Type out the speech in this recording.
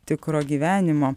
tikro gyvenimo